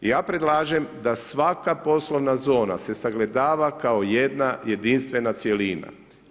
I ja predlažem da svaka poslovna zona, se sagledava kao jedna jedinstvena cjelina.